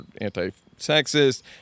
anti-sexist